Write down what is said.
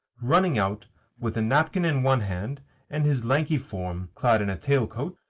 running out with a napkin in one hand and his lanky form clad in a tailcoat,